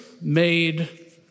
made